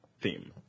theme